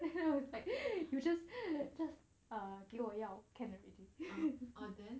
then like you just just 给我药 already